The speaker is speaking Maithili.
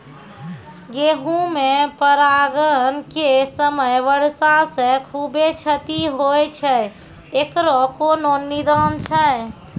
गेहूँ मे परागण के समय वर्षा से खुबे क्षति होय छैय इकरो कोनो निदान छै?